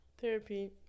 Therapy